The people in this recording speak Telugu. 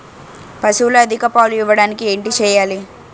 పశువులు అధిక పాలు ఇవ్వడానికి ఏంటి చేయాలి